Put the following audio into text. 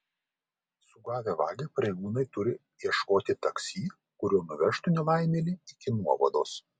sugavę vagį pareigūnai turi ieškoti taksi kuriuo nuvežtų nelaimėlį iki nuovados